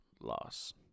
loss